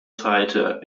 fighter